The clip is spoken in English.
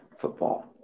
football